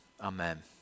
amen